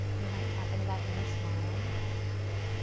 you might tap into that inner smile.